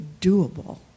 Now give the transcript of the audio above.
doable